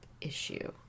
issue